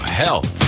health